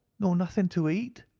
nor nothing to eat?